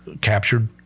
captured